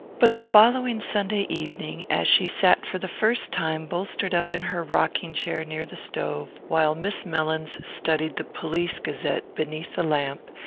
but the following sunday evening, as she sat for the first time bolstered up in her rocking-chair near the stove, while miss mellins studied the police gazette beneath the lamp,